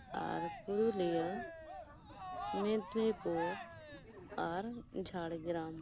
ᱟᱨ ᱯᱩᱨᱩᱞᱤᱭᱟ ᱢᱮᱫᱱᱤᱯᱩᱨ ᱟᱨ ᱡᱷᱟᱲᱜᱨᱟᱢ